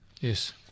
Yes